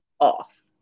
off